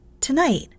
Tonight